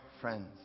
friends